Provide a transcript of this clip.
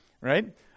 Right